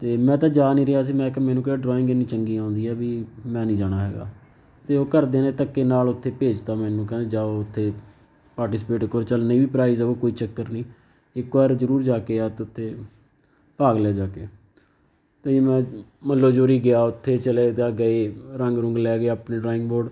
ਅਤੇ ਮੈਂ ਤਾਂ ਜਾ ਨਹੀਂ ਰਿਹਾ ਸੀ ਮੈਂ ਕਿਹਾ ਮੈਨੂੰ ਕਿਹੜਾ ਡਰਾਇੰਗ ਇੰਨੀ ਚੰਗੀ ਆਉਂਦੀ ਆ ਵੀ ਮੈਂ ਨਹੀਂ ਜਾਣਾ ਹੈਗਾ ਅਤੇ ਉਹ ਘਰਦਿਆਂ ਨੇ ਧੱਕੇ ਨਾਲ ਉੱਥੇ ਭੇਜ ਤਾ ਮੈਨੂੰ ਕਹਿੰਦੇ ਜਾਓ ਉੱਥੇ ਪਾਰਟੀਸਪੇਟ ਕਰੋ ਚੱਲ ਨਹੀਂ ਵੀ ਪ੍ਰਾਈਜ ਉਹ ਕੋਈ ਚੱਕਰ ਨਹੀਂ ਇੱਕ ਵਾਰ ਜ਼ਰੂਰ ਜਾ ਕੇ ਆ ਅਤੇ ਉੱਥੇ ਭਾਗ ਲੈ ਜਾ ਕੇ ਅਤੇ ਮੈਂ ਮੱਲੋ ਜੋਰੀ ਗਿਆ ਉੱਥੇ ਚਲੇ ਤਾਂ ਗਏ ਰੰਗ ਰੁੰਗ ਲੈ ਗਏ ਆਪਣੇ ਡਰਾਇੰਗ ਬੋਰਡ